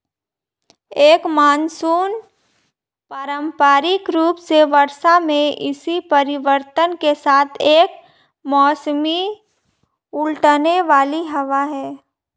एक मानसून पारंपरिक रूप से वर्षा में इसी परिवर्तन के साथ एक मौसमी उलटने वाली हवा है